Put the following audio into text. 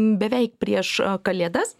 beveik prieš kalėdas